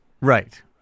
Right